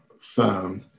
firm